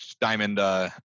Diamond